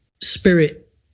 spirit